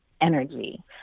energy